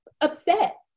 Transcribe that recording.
upset